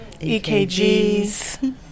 EKGs